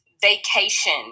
vacation